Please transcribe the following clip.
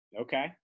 okay